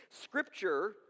Scripture